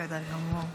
בסדר גמור.